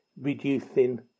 reducing